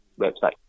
website